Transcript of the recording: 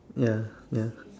ya ya